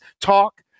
talk